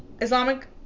Islamic